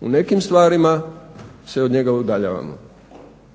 U nekim stvarima se od njega udaljavamo.